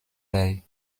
lai